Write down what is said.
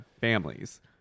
families